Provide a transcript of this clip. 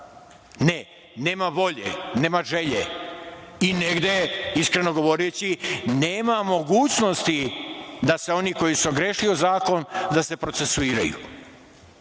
nema volje, nema želje i negde, iskreno govoreći, nema mogućnosti da se oni koji su se ogrešili o zakon da se procesiraju,